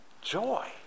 joy